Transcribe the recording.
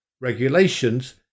regulations